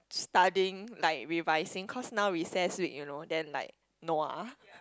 studying like revising cause now recess week you know then like no ah